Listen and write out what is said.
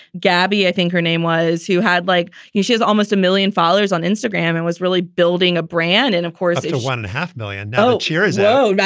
gabby, i think her name was you had like you, she has almost a million followers on instagram and was really building a brand and of course and half million no. cheers oh,